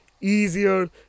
easier